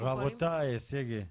רגע סיגי,